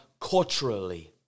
culturally